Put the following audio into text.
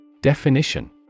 Definition